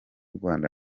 rwanda